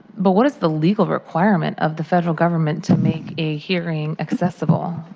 but what is the legal requirement of the federal government to make a hearing accessible?